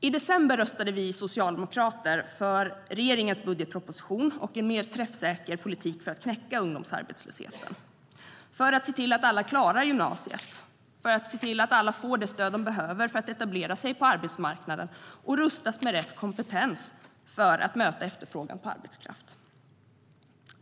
I december röstade vi socialdemokrater för regeringens budgetproposition och en mer träffsäker politik för att knäcka ungdomsarbetslösheten, för att se till att alla klarar gymnasiet och får det stöd de behöver för att etablera sig på arbetsmarknaden och rustas med rätt kompetens till att möta efterfrågan på arbetskraft.